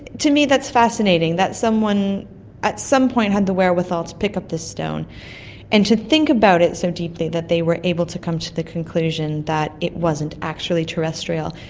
to me that's fascinating, that someone at some point had the wherewithal to pick up this stone and to think about it so deeply that they were able to come to the conclusion that it wasn't actually terrestrial,